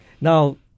Now